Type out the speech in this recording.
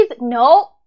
no